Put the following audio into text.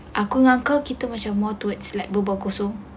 aku anggap kita macam like more toward like bual-bual kosong